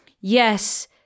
yes